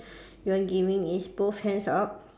you are giving is both hands up